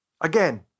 Again